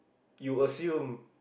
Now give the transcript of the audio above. you assume